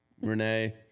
Renee